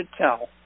tell